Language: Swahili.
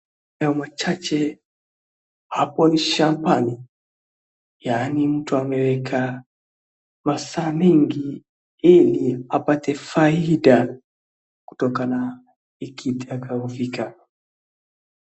Hayo machache hapo ni shambani. Yaani mtu ameweka masaa mengi ili apate faida kutokana ikitaka kufika.